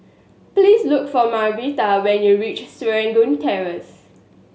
please look for Margarita when you reach Serangoon Terrace